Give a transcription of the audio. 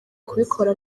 kubikora